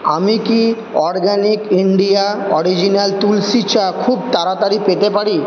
আমি কি Organic India original তুলসি চা খুব তাড়াতাড়ি পেতে পারি